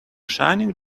shining